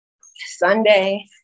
Sunday